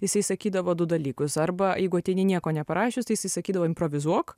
jisai sakydavo du dalykus arba jeigu ateini nieko neparašius tai jisai sakydavo improvizuok